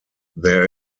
there